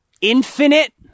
infinite